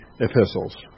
epistles